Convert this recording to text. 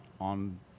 on